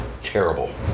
Terrible